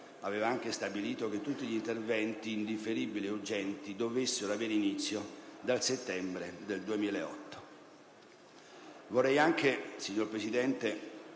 aveva anche stabilito che tutti gli interventi indifferibili e urgenti dovessero avere inizio dal settembre del 2008.